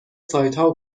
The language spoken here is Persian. سایتها